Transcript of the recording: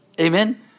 Amen